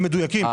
הם מדויקים.